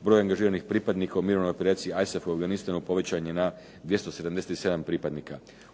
Broj angažiranih pripadnika u Mirovnoj operaciji "ISAF" u Afganistanu povećan je na 277 pripadnika.